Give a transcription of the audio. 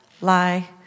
Lie